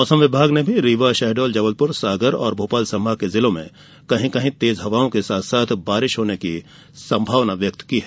मौसम विभाग ने रीवा शहडोल जबलपुर सागर और भोपाल संभाग के जिलों में कहीं कहीं तेज हवाओं के साथ बारिश होने की संभावना व्यक्त की है